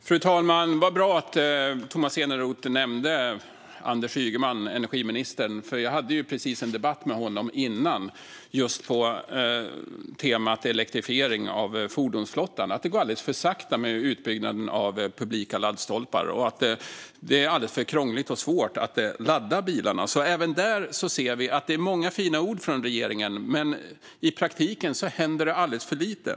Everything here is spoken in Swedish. Fru talman! Det var bra att Tomas Eneroth nämnde Anders Ygeman, energiministern, för jag hade ju precis en debatt med honom på temat elektrifiering av fordonsflottan och om att det går alldeles för sakta med utbyggnaden av publika laddstolpar och är alldeles för krångligt och svårt att ladda bilarna. Även där ser vi att det är många fina ord från regeringen, men i praktiken händer det alldeles för lite.